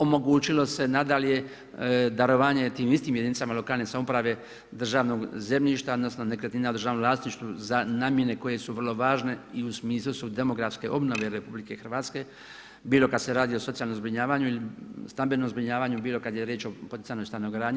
Omogućilo se nadalje darovanje tim istim jedinicama lokalne samouprave državnog zemljišta odnosno nekretnina u državnom vlasništvu za namjene koje su vrlo važne i u smislu su demografske obnove RH, bilo kad se radi o socijalnom zbrinjavanju, stambenom zbrinjavanju, bilo kad je riječ o poticanoj stanogradnji.